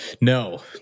No